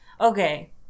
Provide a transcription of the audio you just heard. okay